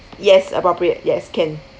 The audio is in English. yes appropriate yes can